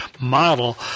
model